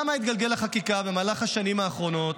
עכשיו, התגלגלה החקיקה במהלך השנים האחרונות,